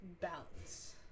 balance